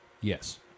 Yes